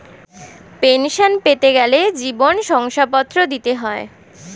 pension পেতে গেলে জীবন শংসাপত্র দিতে হয়